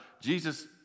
Jesus